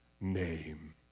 name